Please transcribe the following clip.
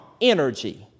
energy